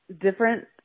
different